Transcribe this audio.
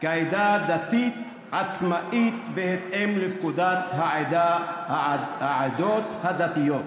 כעדה דתית, עצמאית, בהתאם לפקודת העדות הדתיות.